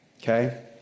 okay